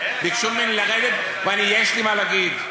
ביקשו ממני לרדת, ויש לי מה להגיד.